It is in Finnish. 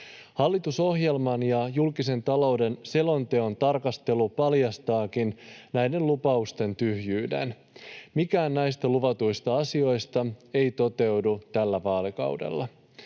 Hallitusohjelman ja julkisen talouden selonteon tarkastelu paljastaakin näiden lupausten tyhjyyden. Mikään näistä luvatuista asioista ei toteudu tällä vaalikaudella.